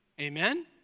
amen